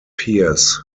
pears